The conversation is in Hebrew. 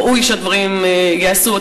ראוי שהדברים ייעשו,